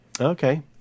Okay